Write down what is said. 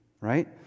right